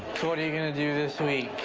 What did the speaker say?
what are you gonna do this week?